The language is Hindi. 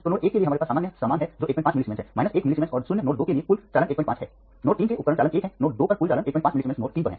तो नोड 1 के लिए हमारे पास सामान्य सामान है जो 15 मिलीसीमेंस है 1 मिलीसीमेंस और 0 नोड 2 के लिए कुल चालन 15 है नोड 3 से उपकरण चालन 1 है नोड 2 पर कुल चालन 15 मिलीसीमेंस नोड 3 पर है